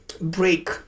break